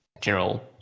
General